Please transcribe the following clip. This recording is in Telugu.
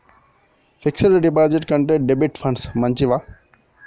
ఫిక్స్ డ్ డిపాజిట్ల కంటే డెబిట్ ఫండ్స్ మంచివా?